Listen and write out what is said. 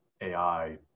AI